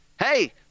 Hey